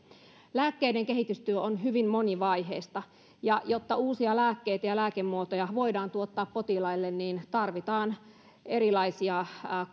lääkkeiden kehitystyö on hyvin monivaiheista ja jotta uusia lääkkeitä ja lääkemuotoja voidaan tuottaa potilaille tarvitaan erilaisia